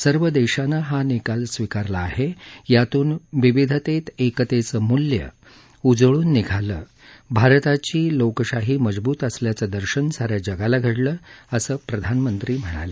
सर्व देशानं हा निकाल स्वीकारला यातून विविधतेत एकतेचं मूल्य उजळून निघालं भारताची लोकशाही मजबत असल्याचं दर्शन साऱ्या जगाला घडलं असं प्रधानमंत्री म्हणाले